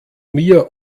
mir